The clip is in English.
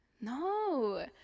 No